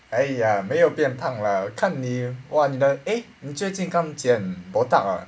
!aiya! 没有变胖 lah 我看你 !wah! 你的 eh 你最近刚剪 botak ah